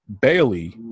Bailey